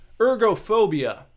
Ergophobia